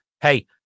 Hey